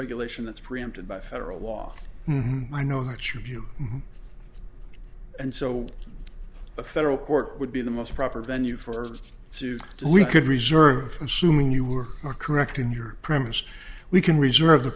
regulation that's preempted by federal law i know that's your view and so a federal court would be the most proper venue for this suit so we could reserve assuming you were correct in your premise we can reserve the